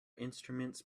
instruments